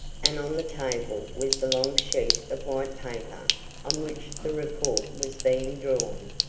and on the table was the long sheet of white paper on which the report was being drawn.